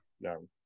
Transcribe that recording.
no